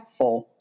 impactful